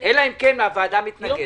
אלא אם כן הוועדה מתנגדת.